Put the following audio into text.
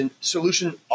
solution